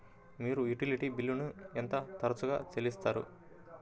మీరు యుటిలిటీ బిల్లులను ఎంత తరచుగా చెల్లిస్తారు?